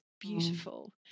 beautiful